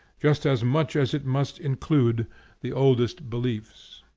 just as much as it must include the oldest beliefs.